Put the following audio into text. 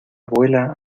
abuela